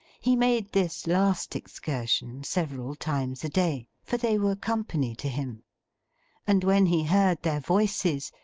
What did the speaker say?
he made this last excursion several times a day, for they were company to him and when he heard their voices,